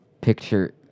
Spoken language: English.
picture